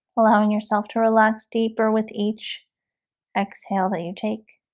allowing yourself to relax deeper with each exhale that you take